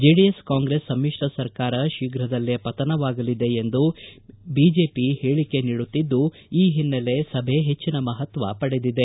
JDS Congress ಸಮ್ಮಿಶ್ರ ಸರ್ಕಾರ ಶೀಘ್ರದಲ್ಲೇ ಪತನವಾಗಲಿದೆ ಎಂಬ ಬಿಜೆಪಿ ಹೇಳಿಕೆಗಳ ಹಿನ್ನೆಲೆ ಸಭೆ ಹೆಚ್ಚಿನ ಮಪತ್ವ ಪಡೆದಿದೆ